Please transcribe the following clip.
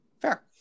Fair